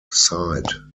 side